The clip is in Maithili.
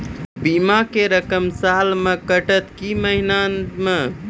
बीमा के रकम साल मे कटत कि महीना मे?